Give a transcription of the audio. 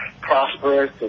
prosperous